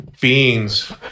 beings